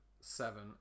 seven